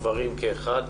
גברים כאחד.